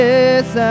Yes